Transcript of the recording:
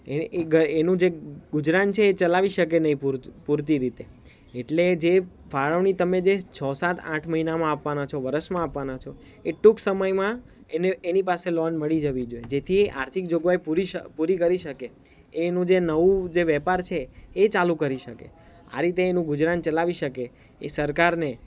એ એનું ગ જે ગુજરાન છે એ ચલાવી શકે નહીં પૂરતું પૂરતી રીતે એટલે જે ફાળવણી તમે જે છો સાત આઠ મહિનામાં આપવાના છો વરસમાં આપવાના છો એ ટૂંક સમયમાં એને એની પાસે લોન મળી જવી જોઈએ જેથી એ આર્થિક જોગવાઈ પૂર ક પૂરી કરી શકે એ એનું જે નવું વેપાર છે એ ચાલુ કરી શકે આ રીતે એનું ગુજરાન ચલાવી શકે એ સરકારને